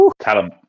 Callum